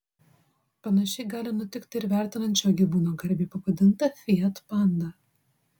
panašiai gali nutikti ir vertinant šio gyvūno garbei pavadintą fiat pandą